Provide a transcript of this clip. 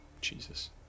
Jesus